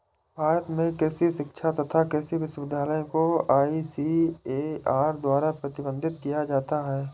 भारत में कृषि शिक्षा तथा कृषि विश्वविद्यालय को आईसीएआर द्वारा प्रबंधित किया जाता है